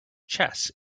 chess